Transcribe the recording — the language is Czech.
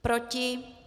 Proti?